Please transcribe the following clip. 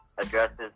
addresses